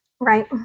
Right